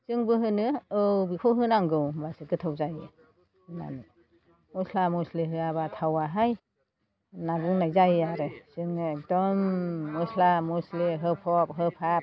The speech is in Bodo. जोंबो होनो औ बेखौ होनांगौ होमबासो गोथाव जायो होननानै मस्ला मस्लि होआबा थावाहाय होनना बुंनाय जायो आरो जोङो एकदम मस्ला मस्लि होफब होफाब